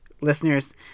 Listeners